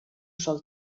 sol